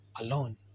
alone